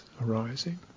arising